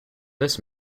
this